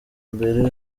mbere